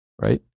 right